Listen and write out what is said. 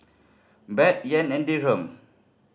Baht Yen and Dirham